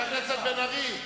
חבר הכנסת בן-ארי,